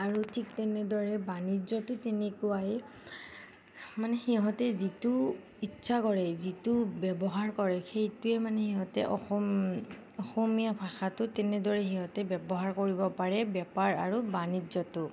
আৰু ঠিক তেনেদৰে বাণিজ্যতো তেনেকুৱাই মানে সিহঁতে যিটো ইচ্ছা কৰে যিটো ব্যৱহাৰ কৰে সেইটোৱে মানে সিহঁতে অসম অসমীয়া ভাষাটোত তেনেদৰে সিহঁতে ব্যৱহাৰ কৰিব পাৰে বেপাৰ আৰু বাণিজ্যতো